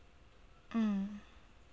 mm